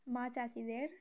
মা চাচিদের